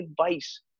advice